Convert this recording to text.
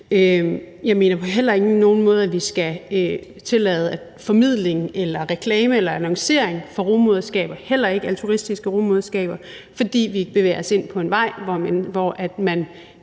Jeg mener heller ikke på nogen måde, at vi skal tillade formidling af eller reklame eller annoncering for rugemoderskab, heller ikke altruistiske rugemoderskaber, for vi bevæger os ind på en vej, hvor man